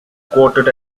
quoted